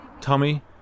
Tommy